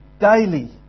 daily